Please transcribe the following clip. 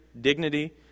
dignity